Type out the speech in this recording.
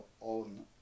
on